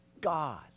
God